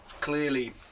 Clearly